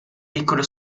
piccole